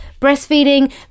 Breastfeeding